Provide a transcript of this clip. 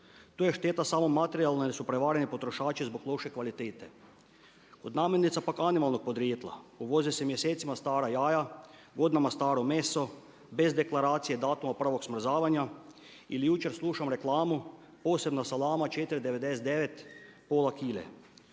To je šteta samo materijalna jer su prevareni potrošači zbog loše kvalitete. Od namirnica pak animalnog podrijetla uvoze se mjesecima stara jaja, godinama staro meso bez deklaracije, datuma prvog smrzavanja ili jučer slušam reklamu posebna salama 4,99 pola kile.